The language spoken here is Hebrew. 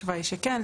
התשובה היא שכן.